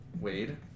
Wade